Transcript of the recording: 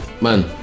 man